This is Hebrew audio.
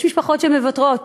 יש משפחות שמוותרות.